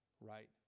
right